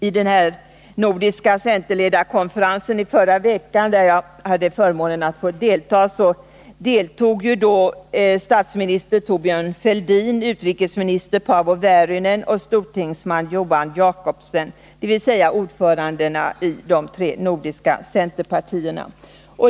På den nordiska centerledarkonferensen i förra veckan, där jag hade förmånen att delta, deltog statsminister Thorbjörn Fälldin, utrikesminister Paavo Väyrynen och stortingsman Johan Jakobsen, dvs. ordförandena i de tre nordiska centerpartierna.